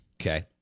Okay